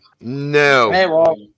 no